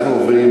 אנחנו עוברים,